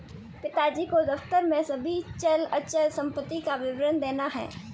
पिताजी को दफ्तर में सभी चल अचल संपत्ति का विवरण देना है